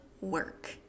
work